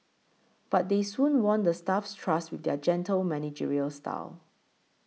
but they soon won the staff's trust with their gentle managerial style